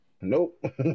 Nope